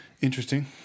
Interesting